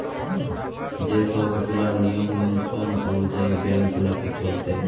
যে সব গুলা নিয়ম নিয়ন্ত্রণ অনুযায়ী বেঙ্ক গুলাকে চলতে হয়